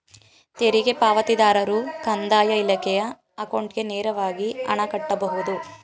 ತೆರಿಗೆ ಪಾವತಿದಾರರು ಕಂದಾಯ ಇಲಾಖೆಯ ಅಕೌಂಟ್ಗೆ ನೇರವಾಗಿ ಹಣ ಕಟ್ಟಬಹುದು